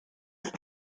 ist